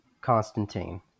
Constantine